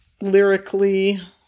Lyrically